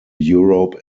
europe